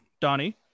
donnie